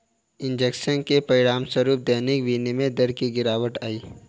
injection के परिणामस्वरूप दैनिक विनिमय दर में गिरावट आई